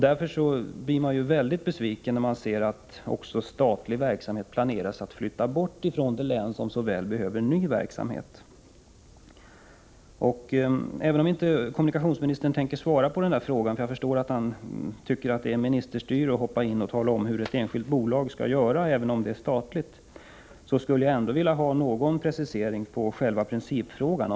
Därför blir man mycket besviken när man ser att det finns planer på att flytta bort statlig verksamhet från ett län som så väl behöver ny verksamhet. Kommunikationsministern vill kanske inte svara på min direkta fråga — jag förstår att han tycker att det skulle vara ministerstyre om han talade om hur ett enskilt företag skall göra, även om företaget är statligt — men jag skulle ändå vilja ha någon precisering beträffande själva principfrågan.